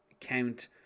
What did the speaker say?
count